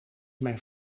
mijn